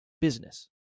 business